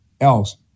else